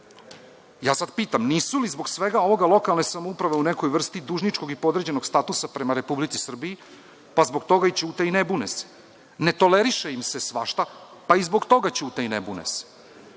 Ja sad pitam nisu li zbog svega ovoga lokalne samouprave u nekoj vrsti dužničkog i podređenog statusa prema Republici Srbiji, pa zbog toga ćute i ne bune se? Ne toleriše im se svašta pa i zbog toga ćute i ne bune